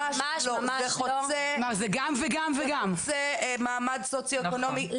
זה חוצה מעמד סוציו אקונומי,